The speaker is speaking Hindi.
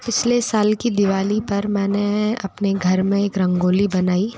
पिछले साल की दिवाली पर मैंने अपने घर में एक रंगोली बनाई